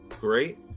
great